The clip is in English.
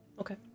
okay